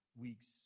weeks